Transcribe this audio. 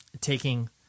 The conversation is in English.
taking